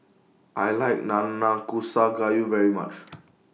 I like Nanakusa Gayu very much